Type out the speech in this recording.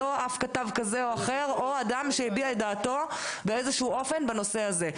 כתב כזה או אחר או אדם שהביע את דעתו באיזשהו אופן בנושא הזה.